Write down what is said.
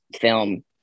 film